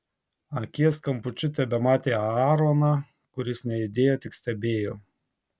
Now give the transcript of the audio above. akies kampučiu tebematė aaroną kuris nejudėjo tik stebėjo